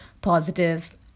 positive